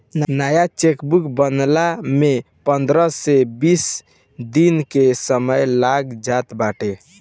नया चेकबुक बनला में पंद्रह से बीस दिन के समय लाग जात बाटे